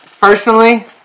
Personally